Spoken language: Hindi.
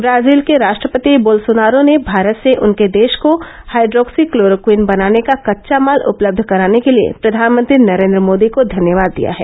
ब्राजील के राष्ट्रपति बोलसोनारो ने भारत से उनके देश को हाइड्रोक्सीक्लोरोक्वीन बनाने का कच्चा माल उपलब्ध कराने के लिए प्रधानमंत्री नरेन्द्र मोदी को धन्यवाद दिया है